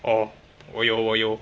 orh 我有我有